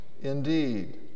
Indeed